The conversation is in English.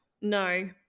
no